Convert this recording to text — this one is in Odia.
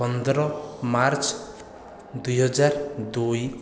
ପନ୍ଦର ମାର୍ଚ୍ଚ ଦୁଇହଜାର ଦୁଇ